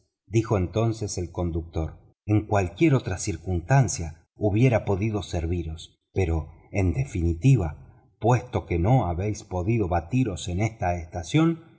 dijo entonces el conductor en cualquier otra circunstancia hubiera podido serviros pero en definitiva puesto que no habéis podido batiros en esta estación